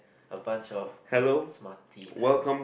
a bunch of smarty pants